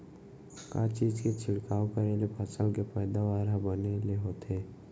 का चीज के छिड़काव करें ले फसल के पैदावार ह बने ले होथे?